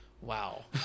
Wow